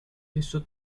esso